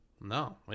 No